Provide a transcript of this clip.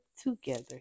together